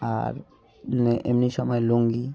আর নিয়ে এমনি সময় লুঙ্গি